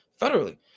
federally